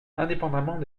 indépendamment